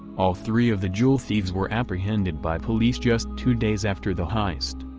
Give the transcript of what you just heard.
all three of the jewel thieves were apprehended by police just two days after the heist.